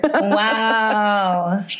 Wow